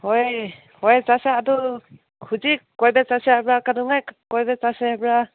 ꯍꯣꯏ ꯍꯣꯏ ꯆꯠꯁꯦ ꯑꯗꯨ ꯍꯧꯖꯤꯛ ꯀꯣꯏꯕ ꯆꯠꯁꯦ ꯍꯥꯏꯕ꯭ꯔꯥ ꯀꯩꯗꯧꯉꯩ ꯀꯣꯏꯕ ꯆꯠꯁꯦ ꯍꯥꯏꯕ꯭ꯔꯥ